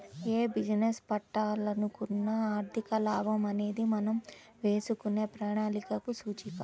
యే బిజినెస్ పెట్టాలనుకున్నా ఆర్థిక లాభం అనేది మనం వేసుకునే ప్రణాళికలకు సూచిక